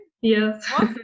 Yes